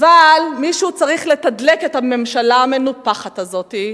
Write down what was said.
אבל מישהו צריך לתדלק את הממשלה המנופחת הזאת,